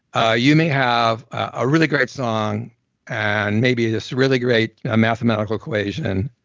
ah you may have a really great song and maybe this really great ah mathematical equation,